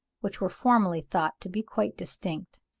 which were formerly thought to be quite distinct.